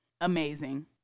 amazing